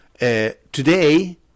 Today